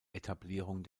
etablierung